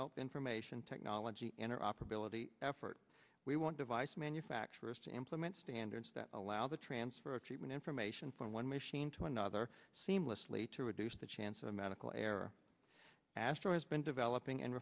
health information technology interoperability effort we want device manufacturers to implement standards that allow the transfer of treatment information from one machine to another seamlessly to reduce the chance of a medical error astro has been developing and